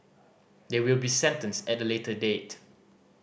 they will be sentenced at a later date